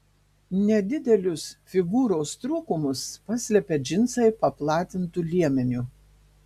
nedidelius figūros trūkumus paslepia džinsai paplatintu liemeniu